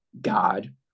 God